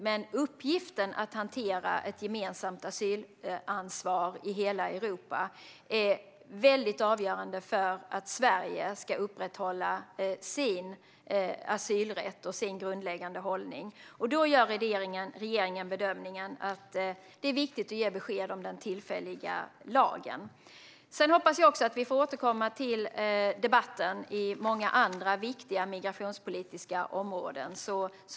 Men uppgiften att hantera ett gemensamt asylansvar i hela Europa är avgörande för att Sverige ska upprätthålla sin asylrätt och sin grundläggande hållning. Regeringen gör bedömningen att det är viktigt att ge besked om den tillfälliga lagen. Sedan hoppas jag också att vi får återkomma till debatten på många andra viktiga migrationspolitiska områden.